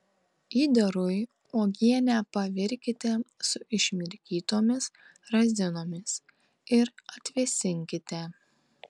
įdarui uogienę pavirkite su išmirkytomis razinomis ir atvėsinkite